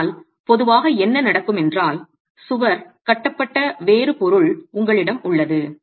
ஆனால் பொதுவாக என்ன நடக்கும் என்றால் சுவர் கட்டப்பட்ட வேறு பொருள் உங்களிடம் உள்ளது